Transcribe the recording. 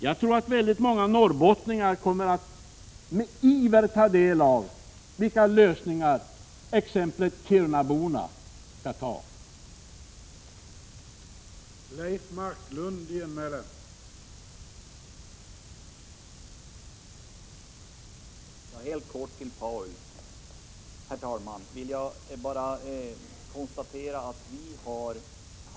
Jag tror att väldigt många norrbottningar kommer att med iver ta del av de lösningar som exemplet kirunaborna skall få.